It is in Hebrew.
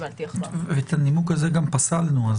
את הנימוק הזה גם פסלנו.